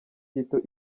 gito